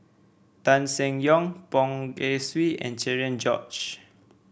Tan Seng Yong Poh Kay Swee and Cherian George